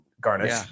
garnish